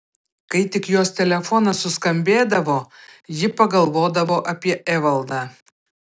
kai tik jos telefonas suskambėdavo ji pagalvodavo apie evaldą